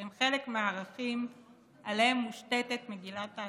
שהן חלק מהערכים שעליהם מושתתת מגילת העצמאות,